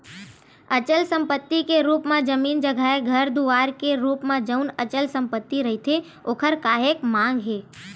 अचल संपत्ति के रुप म जमीन जघाए घर दुवार के रुप म जउन अचल संपत्ति रहिथे ओखर काहेक मांग हे